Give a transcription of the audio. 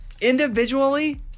Individually